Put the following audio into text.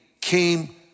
came